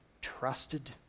trusted